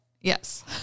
Yes